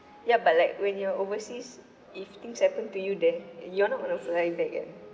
ya but like when you're overseas if things happen to you then you're not gonna fly back and